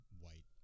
white